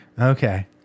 Okay